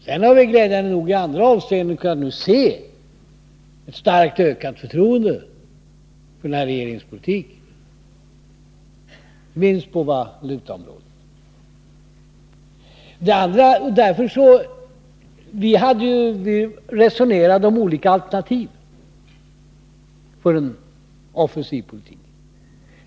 Sedan har vi glädjande nog i andra avseenden nu kunnat se ett starkt ökat förtroende för denna regerings politik, inte minst på valutaområdet. Vi resonerade om olika alternativ för en offensiv politik.